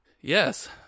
Yes